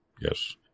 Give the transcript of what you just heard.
Yes